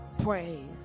praise